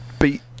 Beat